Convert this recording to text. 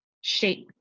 shape